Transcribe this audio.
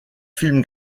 films